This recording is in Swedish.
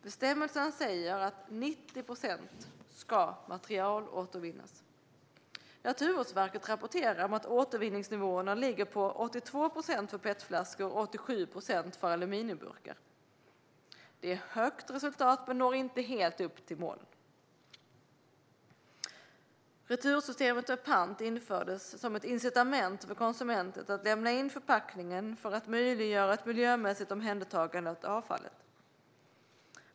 Bestämmelserna säger att 90 procent ska materialåtervinnas. Naturvårdsverket rapporterar om att återvinningsnivåerna ligger på 82 procent för petflaskor och 87 procent för aluminiumburkar. Det är ett högt resultat men når inte helt upp till målen. Retursystemet med pant infördes som ett incitament för konsumenten att lämna in förpackningen för att möjliggöra ett miljömässigt omhändertagande av avfallet.